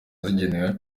zigenewe